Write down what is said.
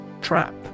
Trap